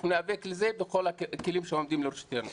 אנחנו ניאבק על זה בכל הכלים שעומדים לרשותנו.